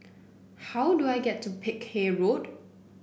how do I get to Peck Hay Road